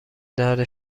درد